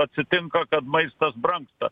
atsitinka kad maistas brangsta